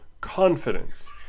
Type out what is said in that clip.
confidence